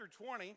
20